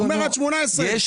(היו"ר אליהו רביבו, 13:05) לא.